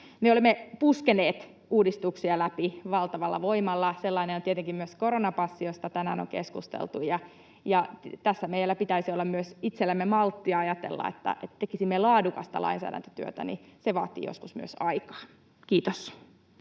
olemme puskeneet uudistuksia läpi valtavalla voimalla. Sellainen on tietenkin myös koronapassi, josta tänään on keskusteltu, ja tässä meillä pitäisi olla myös itsellämme malttia ajatella, että tekisimme laadukasta lainsäädäntötyötä. Se vaatii joskus myös aikaa. — Kiitos.